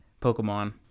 Pokemon